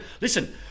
Listen